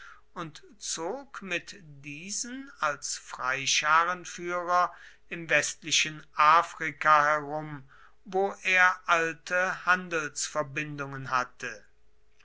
und zog mit diesen als freischarenführer im westlichen afrika herum wo er alte handelsverbindungen hatte